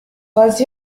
was